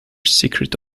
secret